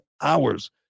hours